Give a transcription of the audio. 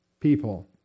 people